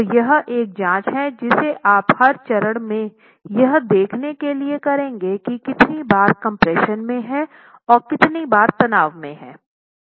तो यह एक जाँच है जिसे आप हर चरण में यह देखने के लिए करेंगे की कितने बार कम्प्रेशन में हैं और कितने बार तनाव में है